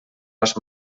fas